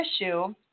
issue